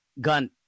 gun